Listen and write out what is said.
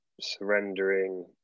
surrendering